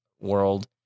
world